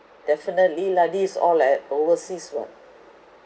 definitely lah this is all like overseas [what]